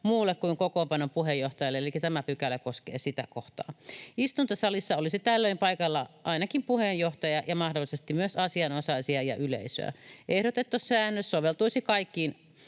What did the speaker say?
muulle kuin kokoonpanon puheenjohtajalle, elikkä tämä pykälä koskee sitä kohtaa. Istuntosalissa olisi tällöin paikalla ainakin puheenjohtaja ja mahdollisesti myös asianosaisia ja yleisöä. Ehdotettu säännös soveltuisi kaikkiin